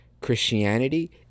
Christianity